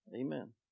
Amen